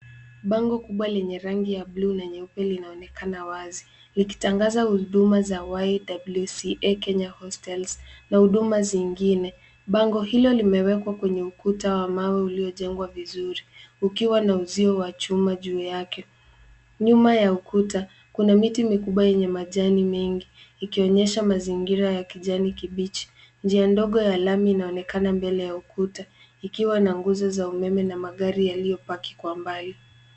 Bango kubwa lenye rangi ya buluu na nyeupe linaonekana wazi, likitangaza huduma za YWCA Kenya hostels na huduma zingine. Bango hilo limewekwa kwenye ukuta wa mawe uliojengwa vizuri, ukiwa na uzio wa chuma juu yake. Nyuma ya ukuta kuna miti mikubwa yenye majani mengi, ikionyesha mazingira ya kijani kibichi. Njia ndogo ya lami inaonekana mbele ya ukuta, ikiwa na nguzo za umeme na magari yaliyopaki kwa mbali.